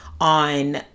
on